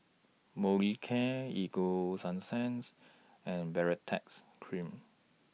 Molicare Ego Sunsense and Baritex Cream